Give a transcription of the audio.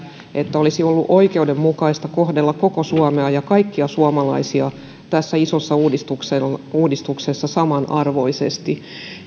että olisi ollut oikeudenmukaista kohdella koko suomea ja kaikkia suomalaisia tässä isossa uudistuksessa uudistuksessa samanarvoisesti